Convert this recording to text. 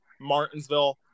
Martinsville